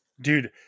Dude